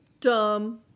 Dumb